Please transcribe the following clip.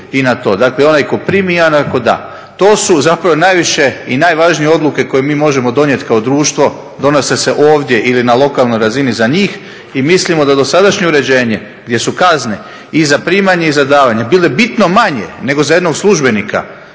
i na to. Dakle onaj tko primi i onaj tko da. To su zapravo najviše i najvažnije odluke koje mi možemo donijeti kao društvo donose se ovdje ili na lokalnoj razini za njih i mislimo da dosadašnje uređenje gdje su kazne i za primanje i za davanje bile bitno manje nego za jednog službenika